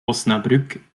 osnabrück